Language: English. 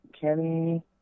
Kenny